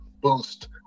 boost